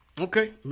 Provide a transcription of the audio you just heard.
Okay